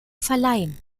verleihen